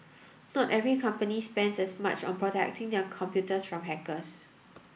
not every company spends as much on protecting their computers from hackers